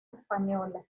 española